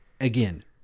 again